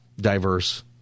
diverse